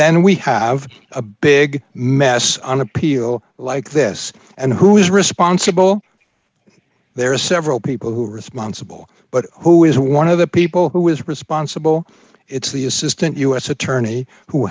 then we have a big mess on appeal like this and who's responsible there are several people who are responsible but who is one of the people who is responsible it's the assistant u s attorney who